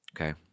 Okay